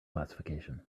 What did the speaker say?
classification